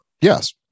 yes